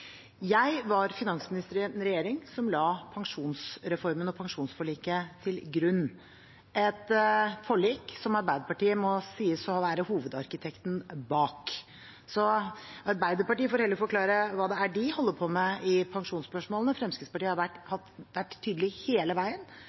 grunn, et forlik som Arbeiderpartiet må sies å være hovedarkitekten bak. Så Arbeiderpartiet får heller forklare hva det er de holder på med i pensjonsspørsmålene. Fremskrittspartiet har vært tydelige hele veien